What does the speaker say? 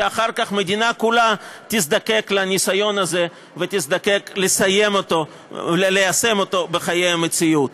ואחר כך המדינה כולה תזדקק לניסיון הזה ותזדקק ליישם אותו בחיי המציאות.